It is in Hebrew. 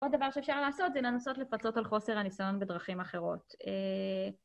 עוד דבר שאפשר לעשות זה לנסות לפצות על חוסר הניסיון בדרכים אחרות.